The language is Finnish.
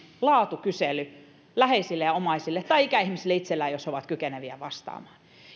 laatukysely läheisille ja omaisille tai ikäihmisille itselleen jos he ovat kykeneviä vastaamaan